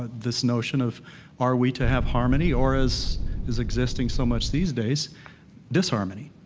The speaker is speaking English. ah this notion of are we to have harmony, or is is existing so much these days disharmony?